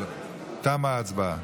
תמה ההצבעה.